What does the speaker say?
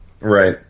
Right